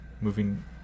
moving